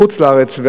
לחוץ-לארץ.